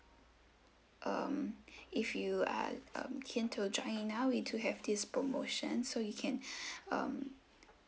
um if you are um keen to join now we do have this promotion so you can um